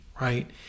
right